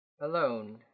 alone